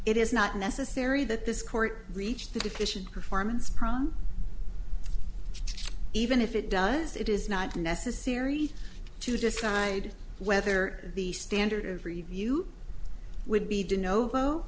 it is not necessary that this court reached the deficient performance problem even if it does it is not necessary to decide whether the standard of review would be do no